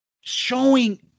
showing